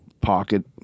pocket